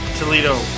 Toledo